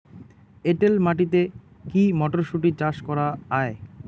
এটেল মাটিতে কী মটরশুটি চাষ করা য়ায়?